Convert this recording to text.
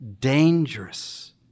dangerous